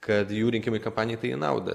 kad jų rinkimai kampanijai tai į naudą